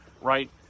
right